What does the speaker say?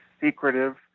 secretive